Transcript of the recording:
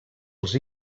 els